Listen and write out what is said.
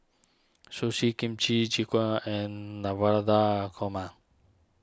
Sushi Kimchi Jjigae and Navratan Korma